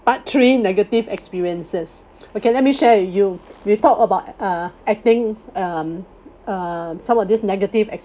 part three negative experiences okay let me share with you we'll talk about uh acting um uh some of these negative